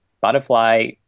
butterfly